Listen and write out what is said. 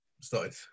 started